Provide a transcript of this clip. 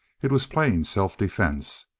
it was plain self-defense.